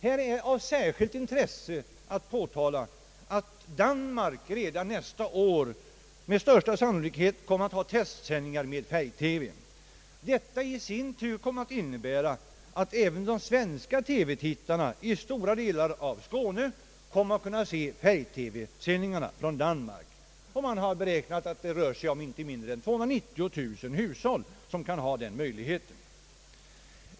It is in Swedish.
Här är det av särskilt intresse att framhålla, att Danmark redan nästa år med största sannolikhet kommer att ha testsändningar med färg-TV. Detta innebär i sin tur att även de svenska TV tittarna i stora delar av Skåne kommer att kunna se färg-TV från Danmark; man har beräknat att inte mindre än omkring 290000 hushåll får den möjligheten.